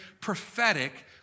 prophetic